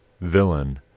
villain